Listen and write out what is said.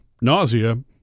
nausea